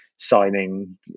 signing